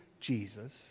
Jesus